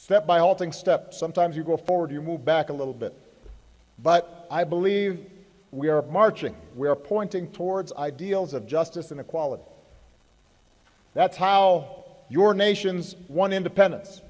halting steps sometimes you go forward you move back a little bit but i believe we are marching we are pointing towards ideals of justice and equality that's how your nations won independence